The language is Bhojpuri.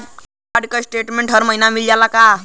क्रेडिट कार्ड क स्टेटमेन्ट हर महिना मिल जाला का?